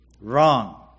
wrong